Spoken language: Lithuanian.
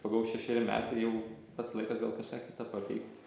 pagau šešeri metai jau pats laikas gal kažką kita paveikti